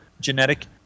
genetic